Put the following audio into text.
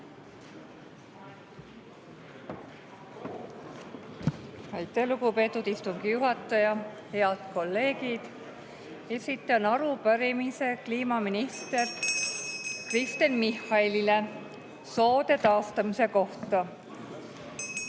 Aitäh, lugupeetud istungi juhataja! Head kolleegid! Esitan arupärimise kliimaminister Kristen Michalile soode taastamise kohta.